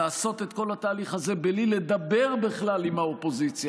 ולעשות את כל התהליך הזה בלי לדבר בכלל עם האופוזיציה,